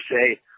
say